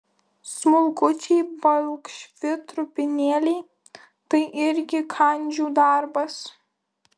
smulkučiai balkšvi trupinėliai tai irgi kandžių darbas